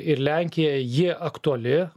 ir lenkiją ji aktuali